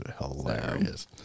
hilarious